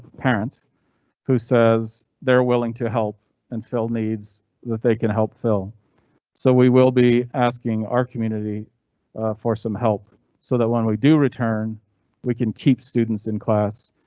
parents who says they're willing to help and phil needs that they can help fill so we will be asking our community for some help so that when we do return we can keep students in class.